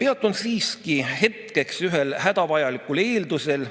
Peatun siiski hetkeks ühel hädavajalikul eeldusel,